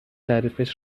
تعریفش